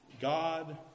God